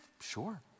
Sure